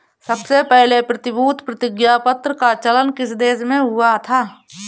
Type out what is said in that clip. सबसे पहले प्रतिभूति प्रतिज्ञापत्र का चलन किस देश में हुआ था?